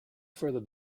further